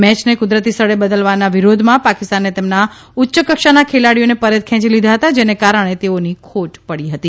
મેચને કુદરતી સ્થળે બદલવાના વિરોધમાં પાકિસ્તાને તેમના ઉચ્ચકક્ષાના ખેલાડીઓને પરત ખેંચી લીધા હતા જેને કારણે તેઓની ખોટ પડી હતી